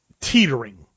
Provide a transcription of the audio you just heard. teetering